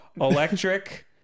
electric